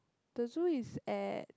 the zoo is at